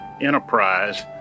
enterprise